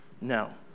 No